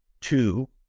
two